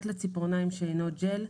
לק לציפורניים שאינו ג'ל,